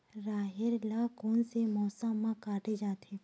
राहेर ल कोन से मौसम म काटे जाथे?